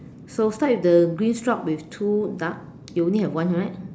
so start with the green shop with two duck you only have one right